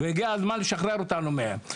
והגיע הזמן לשחרר אותנו מהם.